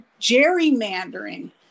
gerrymandering